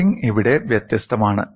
loading ഇവിടെ വ്യത്യസ്തമാണ്